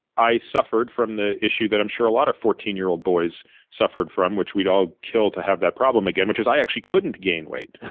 i suffered from the issue that i'm sure a lot of fourteen year old boys suffered from, which we'd all kill to have that problem again, which is actually couldn't gain weight.